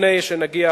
לפני שנגיע,